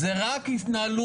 זו רק התנהלות